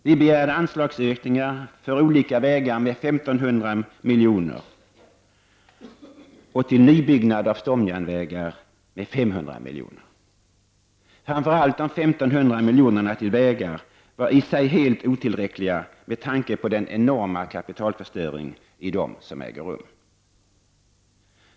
Vi begärde anslagsökningar för olika vägar med 1 500 miljoner och för nybyggnad av stomjärnvägar med 500 miljoner. Framför allt de 1500 miljonerna till vägar var i sig helt otillräckliga med tanke på den enorma kapitalförstöring som äger rum där.